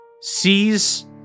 sees